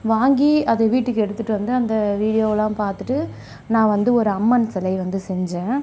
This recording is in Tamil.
வாங்கி அதை வீட்டுக்கு எடுத்துட்டு வந்து அந்த வீடியோவெல்லாம் பார்த்துட்டு நான் வந்து ஒரு அம்மன் சிலை வந்து செஞ்சேன்